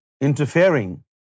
interfering